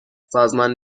سازمان